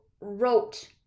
wrote